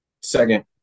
Second